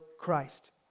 Christ